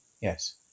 yes